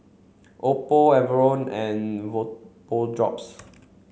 Oppo Enervon and Vapodrops